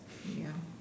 ya